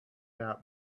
out